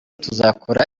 tuzakora